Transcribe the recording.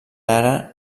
ara